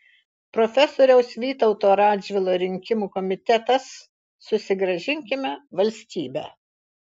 profesoriaus vytauto radžvilo rinkimų komitetas susigrąžinkime valstybę